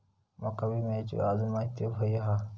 माका विम्याची आजून माहिती व्हयी हा?